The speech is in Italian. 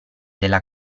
della